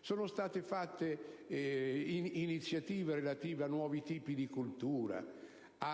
sono state portate avanti iniziative relative a nuovi tipi di coltura, opere